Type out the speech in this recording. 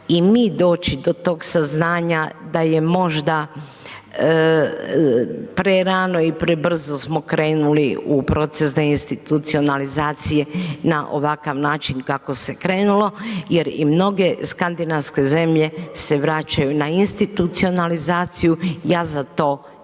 i mi doći do tog saznanja da je možda prerano i prebrzo smo krenuli u proces deinstitucionalizacije na ovakav način kako se krenulo jer i mnoge skandinavske zelje se vraćaju na institucionalizaciju, ja za to nisam